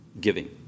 giving